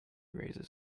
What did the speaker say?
raises